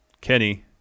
Kenny